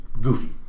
Goofy